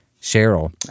Cheryl